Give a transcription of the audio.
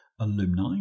alumni